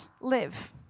live